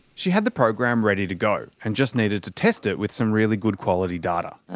she had the program ready to go and just needed to test it with some really good quality data.